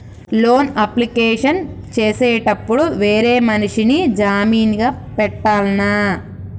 Loan application చేసేటప్పుడు వేరే మనిషిని జామీన్ గా పెట్టాల్నా?